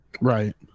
Right